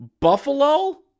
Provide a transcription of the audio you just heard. Buffalo